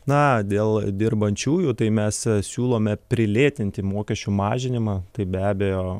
na dėl dirbančiųjų tai mes siūlome prilėtinti mokesčių mažinimą tai be abejo